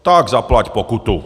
Tak zaplať pokutu!